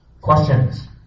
Questions